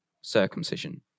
circumcision